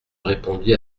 répondit